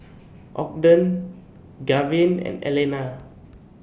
Ogden Gaven and Elna